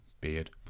beard